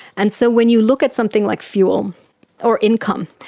and so when you look at something like fuel or income,